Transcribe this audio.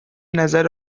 نظر